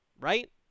right